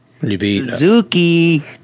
Suzuki